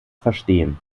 verstehen